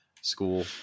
school